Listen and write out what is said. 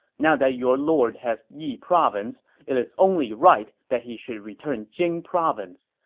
now that your lord has yi province, it's only right that he should return jing province.